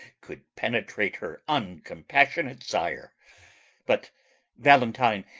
could penetrate her uncompassionate sire but valentine,